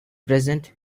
present